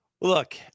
Look